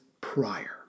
prior